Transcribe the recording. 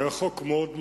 הוא היה חוק מאוד מעניין.